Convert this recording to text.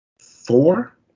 four